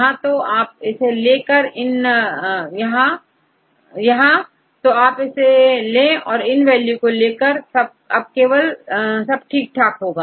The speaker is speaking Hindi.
यहां तो आप इसे ले यह इन वैल्यू को ले यह यह केवल ठीक ठाक होगा